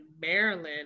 Maryland